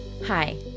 Hi